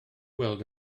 weld